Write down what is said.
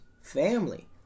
family